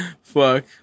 Fuck